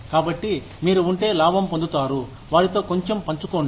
కాబట్టి మీరు ఉంటే లాభం పొందుతారు వారితో కొంచెం పంచుకోండి